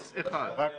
מאפס עד אחד קילומטר.